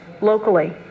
locally